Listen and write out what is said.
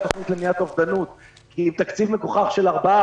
למניעת אובדנות כי עם תקציב מגוחך של 4,